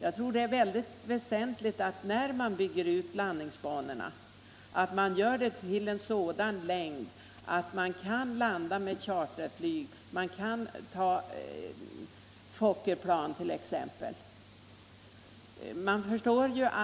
Jag tycker emellertid det är mycket väsentligt att man bygger ut landningsbanorna till sådan längd att man kan landa med charterflyg och t.ex. Fokkerplan.